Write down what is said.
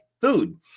food